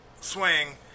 swing